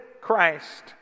Christ